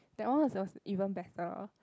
that one was was even better